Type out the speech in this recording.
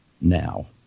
now